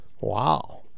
Wow